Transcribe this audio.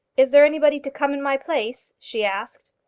is there anybody to come in my place? she asked.